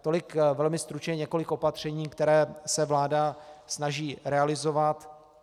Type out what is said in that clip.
Tolik velmi stručně několik opatření, které se vláda snaží realizovat.